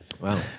Wow